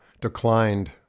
declined